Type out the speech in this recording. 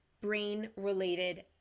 brain-related